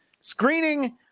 screening